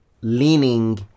leaning